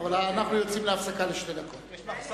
ואיעתר לבקשתך, בהעדר